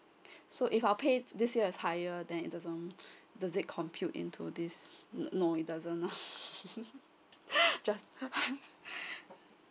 so if I pay this year is higher than it doesn't does it compute into this no no it doesn't ah just